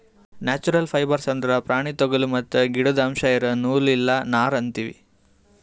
natural fibres ಅಂದ್ರ ಪ್ರಾಣಿ ತೊಗುಲ್ ಮತ್ತ್ ಗಿಡುದ್ ಅಂಶ್ ಇರೋ ನೂಲ್ ಇಲ್ಲ ನಾರ್ ಅಂತೀವಿ